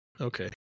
Okay